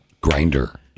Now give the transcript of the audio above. Grinder